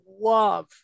love